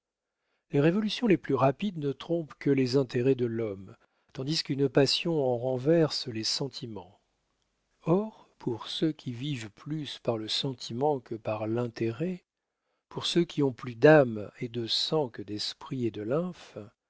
les révolutions les plus rapides ne troublent que les intérêts de l'homme tandis qu'une passion en renverse les sentiments or pour ceux qui vivent plus par le sentiment que par l'intérêt pour ceux qui ont plus d'âme et de sang que d'esprit et de